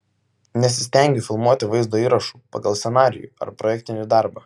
nesistengiu filmuoti vaizdo įrašų pagal scenarijų ar projektinį darbą